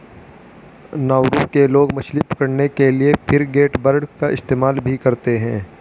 Nauru के लोग मछली पकड़ने के लिए फ्रिगेटबर्ड का इस्तेमाल भी करते हैं